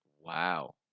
Wow